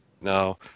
now